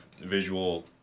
visual